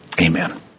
amen